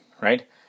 right